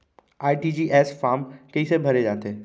RTGS form कइसे भरे जाथे?